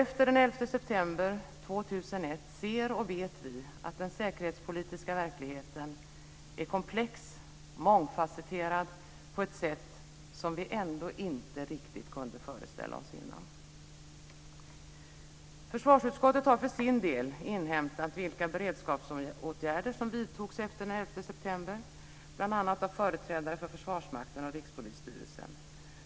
Efter den 11 september 2001 ser och vet vi att den säkerhetspolitiska verkligheten är komplex och mångfasetterad på ett sätt som vi ändå inte riktigt kunde föreställa oss innan. Försvarsutskottet har för sin del inhämtat vilka beredskapsåtgärder som vidtogs efter den 11 september, bl.a. av företrädare för Försvarsmakten och Rikspolisstyrelsen.